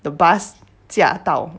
the bus 驾到